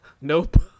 Nope